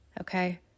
okay